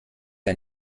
ein